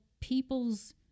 people's